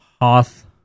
Hoth